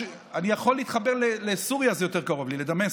אני יכול להתחבר לסוריה ולדמשק,